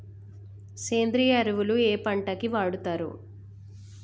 సేంద్రీయ ఎరువులు ఏ పంట కి వాడుతరు?